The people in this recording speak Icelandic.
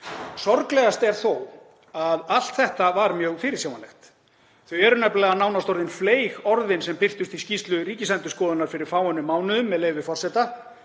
Sorglegast er þó að allt þetta var mjög fyrirsjáanlegt. Þau eru nefnilega nánast orðin fleyg orðin sem birtust í skýrslu Ríkisendurskoðunar fyrir fáeinum mánuðum, með leyfi forseta: